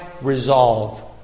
resolve